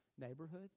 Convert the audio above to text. neighborhood